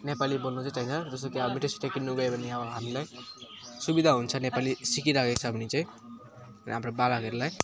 नेपाली बोल्नु चाहिँ चाहिन्छ जस्तो कि अब मिठाईसिठाई किन्नु गयो भने अब हामीलाई सुविधा हुन्छ नेपाली सिकिराखेको छ भने चाहिँ हाम्रो बालकहरूलाई